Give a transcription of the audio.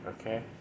Okay